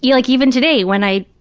yeah like even today, when i,